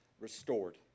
restored